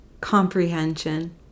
comprehension